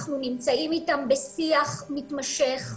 אנחנו נמצאים אתם בשיח מתמשך,